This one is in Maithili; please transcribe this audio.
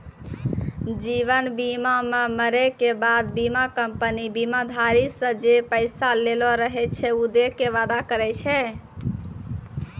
जीवन बीमा मे मरै के बाद बीमा कंपनी बीमाधारी से जे पैसा लेलो रहै छै उ दै के वादा करै छै